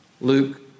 Luke